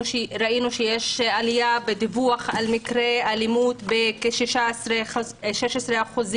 ראינו שיש עלייה בדיווח למשטרה על מקרי אלימות ב-16 אחוזים,